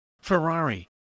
Ferrari